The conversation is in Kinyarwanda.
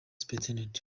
supt